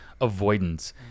avoidance